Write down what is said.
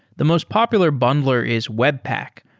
the most popular bundler is webpack,